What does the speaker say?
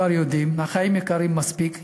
החיים יקרים מספיק,